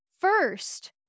first